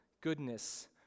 goodness